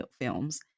films